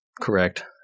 correct